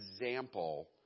example